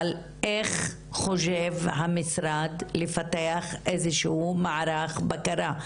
אבל איך חושב המשרד לפתח איזה שהוא מערך בקרה,